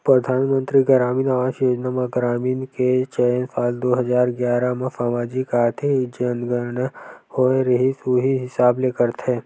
परधानमंतरी गरामीन आवास योजना म ग्रामीन के चयन साल दू हजार गियारा म समाजिक, आरथिक जनगनना होए रिहिस उही हिसाब ले करथे